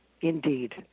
indeed